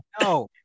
No